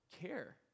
care